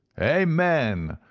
amen!